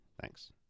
thanks